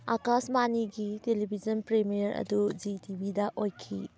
ꯑꯥꯀꯥꯁ ꯚꯥꯅꯤꯒꯤ television premiere ꯑꯗꯨ Zee ꯇꯤꯚꯤꯗ ꯑꯣꯏꯈꯤ